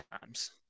times